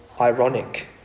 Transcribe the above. ironic